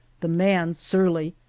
the man surly,